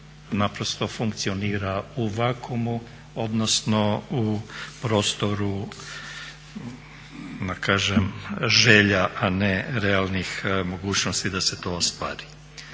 naprosto funkcionira u vakuumu, odnosno u prostoru da kažem želja, a ne realnih mogućnosti da se to ostvari.